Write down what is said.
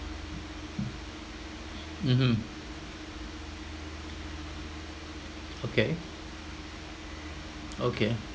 mmhmm okay okay